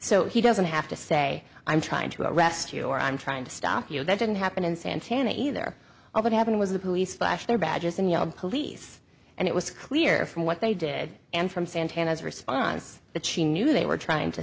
so he doesn't have to say i'm trying to arrest you or i'm trying to stop you that didn't happen in santana either all that happened was the police flashed their badges and yelled police and it was clear from what they did and from santana's response that she knew they were trying to